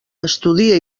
estudia